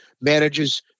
manages